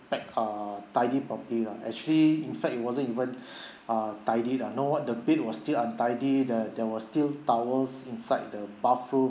pack uh tidy properly lah actually in fact it wasn't even uh tidied ah know what the bed was still untidy there there was still towels inside the bathroom